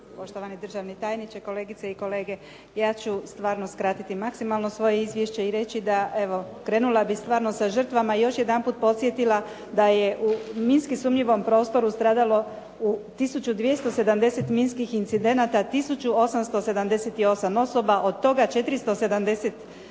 Poštovani državni tajniče, kolegice i kolege. Ja ću stvarno skratiti maksimalno svoje izvješće i reći da evo krenula bih samo sa žrtvama. Još jedanput podsjetila da je u minski sumnjivom prostoru stradalo tisuću 270 minskih incidenata tisuću 878 osoba, od toga 474